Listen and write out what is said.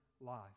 life